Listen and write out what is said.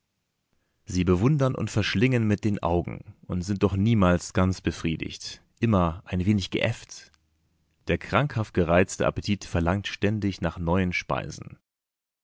sie bewundern und verschlingen mit den augen und sind doch niemals ganz befriedigt immer ein wenig geäfft der krankhaft gereizte appetit verlangt ständig nach neuen speisen